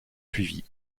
suivies